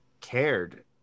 cared